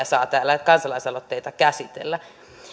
saa täällä käsitellä